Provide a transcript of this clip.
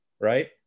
right